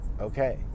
okay